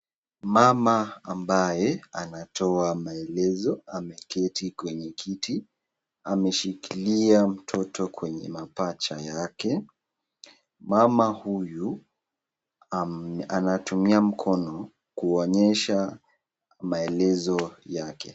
Mama ambaye anatoa maelezo ameketi kwenye kiti, ameshikilia mtoto kwenye mapaja yake. Mama huyu anatumia mkono kuonyesha maelezo yake.